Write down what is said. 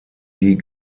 die